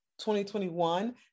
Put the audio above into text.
2021